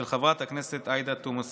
של חברת הכנסת עאידה תומא סלימאן.